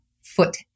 foot